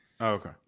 Okay